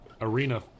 Arena